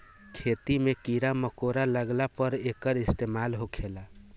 खेती मे कीड़ा मकौड़ा लगला पर एकर इस्तेमाल होखेला